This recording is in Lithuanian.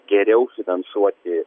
geriau finansuoti